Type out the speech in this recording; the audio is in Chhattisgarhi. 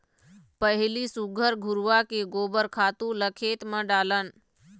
पहिली सुग्घर घुरूवा के गोबर खातू ल खेत म डालन